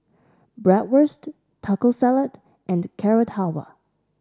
Bratwurst Taco Salad and Carrot Halwa